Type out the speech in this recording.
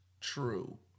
true